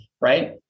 right